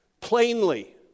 plainly